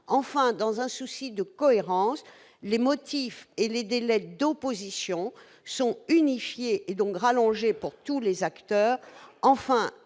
l'État. Dans un souci de cohérence, les motifs et les délais d'opposition sont unifiés, et donc rallongés pour tous les acteurs.